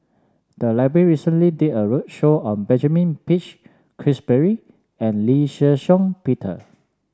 the library recently did a roadshow on Benjamin Peach Keasberry and Lee Shih Shiong Peter